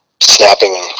snapping